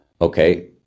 Okay